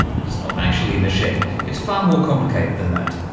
but it's not actually a machine, it's far more complicated than that,